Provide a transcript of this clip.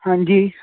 ਹਾਂਜੀ